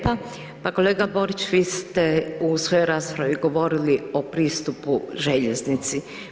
Pa kolega Borić vi ste u svojoj raspravi govorili o pristupu željeznici.